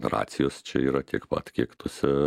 racijos čia yra tiek pat kiek tose